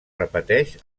repeteix